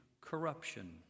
corruption